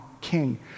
king